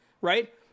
right